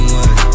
one